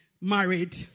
married